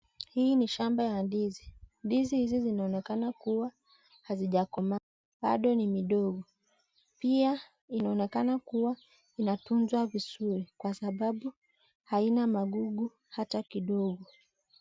Hii ni shamba ya ndizi, ndizi hizi zinaonekana kuwa hazijakomaa bado ni midogo pia inaonekana kuwa inatunzwa vizuri kwasababu haina magugu hata kidogo.